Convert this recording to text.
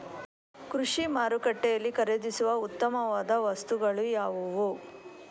ಕೃಷಿ ಮಾರುಕಟ್ಟೆಯಲ್ಲಿ ಖರೀದಿಸುವ ಉತ್ತಮವಾದ ವಸ್ತುಗಳು ಯಾವುವು?